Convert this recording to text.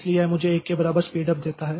इसलिए यह मुझे 1 के बराबर स्पीड उप देता है